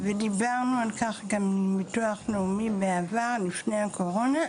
ודיברנו על כך גם עם ביטוח לאומי לפני הקורונה,